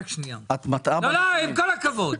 עם כל הכבוד.